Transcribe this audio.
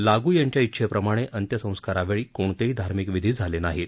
लागू यांच्या इच्छेप्रमाणे अंत्यसंस्कारावेळी कोणतेही धार्मिक विधी झाले नाहीत